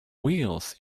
wheels